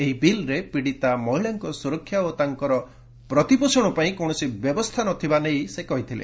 ଏହି ବିଲ୍ରେ ପିଡ଼ିତା ମହିଳାଙ୍କ ସୁରକ୍ଷା ଓ ତାଙ୍କର ପ୍ରତିପୋଷଣ ପାଇଁ କୌଣସି ବ୍ୟବସ୍ଥା ନ ଥିବା ସେ କହିଥିଲେ